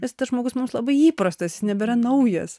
nes tas žmogus mums labai įprastasjis nebėra naujas